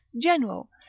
general